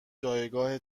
جایگاه